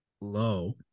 low